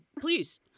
please